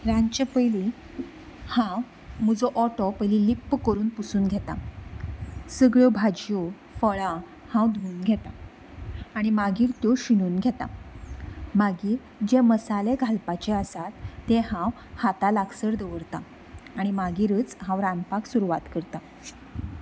रांदचे पयलीं हांव म्हजो वोटो पयलीं लिंप करून पुसून घेतां सगळ्यो भाज्यो फळां हांव धूवन घेतां आनी मागीर त्यो शिनून घेतां मागीर जे मसाले घालपाचे आसात ते हांव हाता लागसर दवरतां आनी मागिरच हांव रांदपाक सुरवात करतां